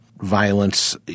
violence